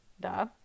Duh